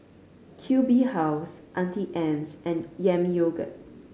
Q B House Auntie Anne's and Yami Yogurt